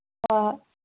ꯍꯣꯏ ꯍꯣꯏ